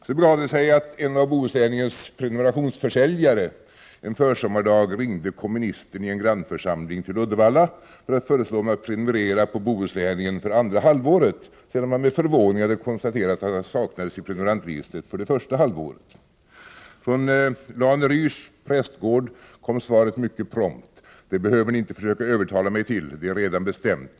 Så begav det sig att en av Bohusläningens prenumerationsförsäljare en försommardag ringde komministern i en grannförsamling till Uddevalla för att föreslå honom att prenumerera på Bohusläningen för andra halvåret, sedan man med förvåning hade konstaterat att han saknades i prenumerantregistret för det första halvåret. Från Lane-Ryrs prästgård kom svaret mycket prompt: Det behöver ni inte försöka övertala mig till, det har vi redan bestämt.